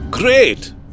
Great